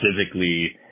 specifically